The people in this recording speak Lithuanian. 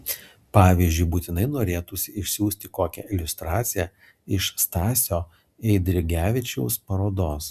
pavyzdžiui būtinai norėtųsi išsiųsti kokią iliustraciją iš stasio eidrigevičiaus parodos